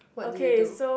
what did you do